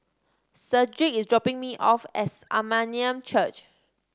Sedrick is dropping me off at Armenian Church